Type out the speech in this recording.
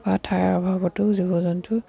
বা ঠাইৰ অভাৱতো জীৱ জন্তু